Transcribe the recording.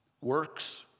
works